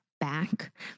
Back